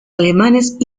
alemanes